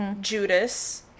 Judas